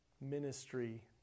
ministry